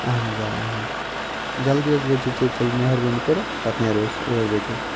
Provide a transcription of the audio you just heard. اَہن حظ آ اَہن حظ جلدی حظ وٲتزیٚو تُہۍ تیٚلہِ مہربٲنی کٔرِتھ پَتہٕ نیرو أسۍ ٲٹھ بَجے